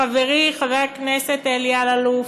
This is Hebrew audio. לחברי חבר הכנסת אלי אלאלוף,